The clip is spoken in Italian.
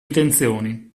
intenzioni